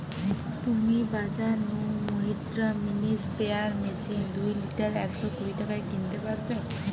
তুমি বাজর নু মহিন্দ্রা মিনি স্প্রেয়ার মেশিন দুই লিটার একশ কুড়ি টাকায় কিনতে পারবে